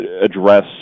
address